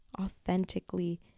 authentically